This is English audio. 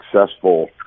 successful